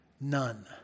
none